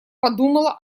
подумала